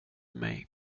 mig